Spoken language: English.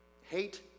Hate